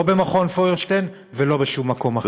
לא במכון פוירשטיין ולא בשום מקום אחר.